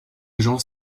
gens